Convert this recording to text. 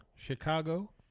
Chicago